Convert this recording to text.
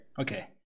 okay